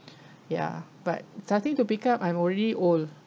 ya but starting to pick up I'm already old